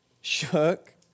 shook